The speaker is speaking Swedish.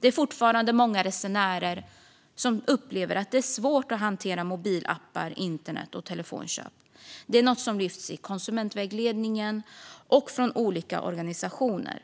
Det är fortfarande många resenärer som upplever att det är svårt att hantera mobilappar, internet och telefonköp. Det är något som lyfts i konsumentvägledningen och från olika organisationer.